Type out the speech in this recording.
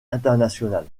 international